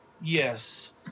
Yes